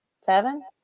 seven